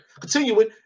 Continuing